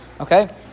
Okay